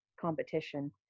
competition